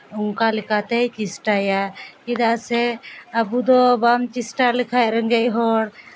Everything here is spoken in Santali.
ᱚᱱᱠᱟ ᱞᱮᱠᱟᱛᱮᱭ ᱪᱮᱥᱴᱟᱭᱟ ᱪᱮᱫᱟᱜ ᱥᱮ ᱟᱵᱚ ᱫᱚ ᱵᱟᱢ ᱪᱮᱥᱴᱟ ᱞᱮᱠᱷᱟᱱ ᱨᱮᱸᱜᱮᱪ ᱦᱚᱲ